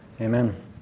Amen